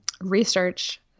research